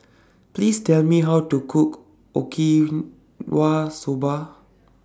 Please Tell Me How to Cook Okinawa Soba